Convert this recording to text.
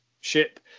ship